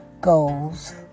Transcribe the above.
goals